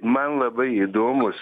man labai įdomus